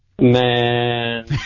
Man